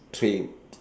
train